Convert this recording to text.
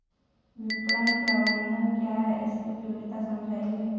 विपणन प्रबंधन क्या है इसकी उपयोगिता समझाइए?